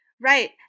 Right